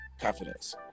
confidence